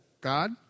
God